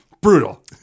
brutal